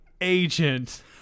agent